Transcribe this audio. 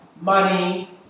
money